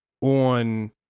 on